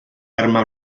arma